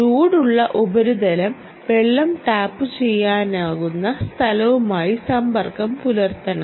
ചൂടുള്ള ഉപരിതലം വെള്ളം ടാപ്പുചെയ്യാനാകുന്ന സ്ഥലവുമായി സമ്പർക്കം പുലർത്തണം